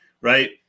right